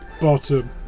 Bottom